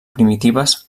primitives